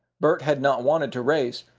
bert had not wanted to race,